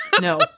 No